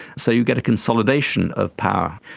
so you get a consolidation of power.